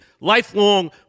lifelong